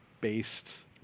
based